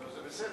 אז זה בסדר,